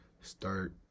start